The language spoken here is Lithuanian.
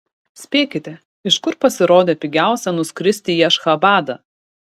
spėkite iš kur pasirodė pigiausia nuskristi į ašchabadą